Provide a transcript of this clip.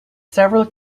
several